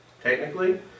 Technically